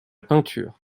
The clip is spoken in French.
peinture